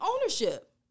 ownership